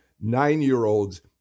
nine-year-olds